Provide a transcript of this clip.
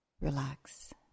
relax